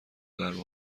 ضربه